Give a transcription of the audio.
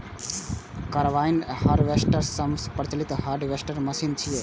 combine harvester सबसं प्रचलित harvester machine छियै